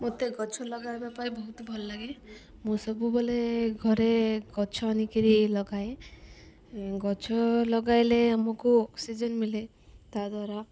ମୋତେ ଗଛ ଲଗାଇବା ପାଇଁ ବହୁତ ଭଲ ଲାଗେ ମୁଁ ସବୁବେଳେ ଘରେ ଗଛ ଆଣି କରି ଲଗାଏ ଗଛ ଲଗାଇଲେ ଆମକୁ ଅକ୍ସିଜେନ୍ ମିଳେ ତା'ଦ୍ଵାରା